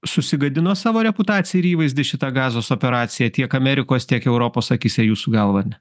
susigadino savo reputaciją ir įvaizdį šita gazos operacija tiek amerikos tiek europos akyse jūsų galva ar ne